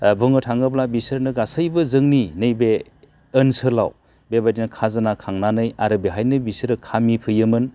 बुंनो थाङोब्ला बिसोरनो गासैबो जोंनि नैबै ओनसोलाव बेबायदिनो खाजोना खांनानै आरो बेहायनो बिसोरो खामिफैयोमोन